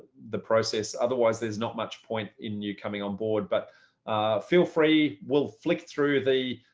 the process otherwise there's not much point in you coming on board, but feel free. we'll flick through the